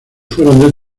fueron